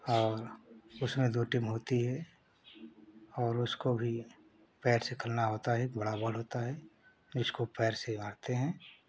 और उसमें दो टीम होती है और उको भी पैर से खेलना होता है बड़ा बॉल होता है जिसको पैर से मारते हैं